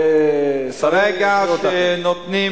ברגע שנותנים